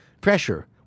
Pressure